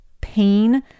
pain